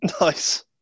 Nice